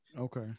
Okay